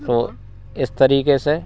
तो इस तरीक़े से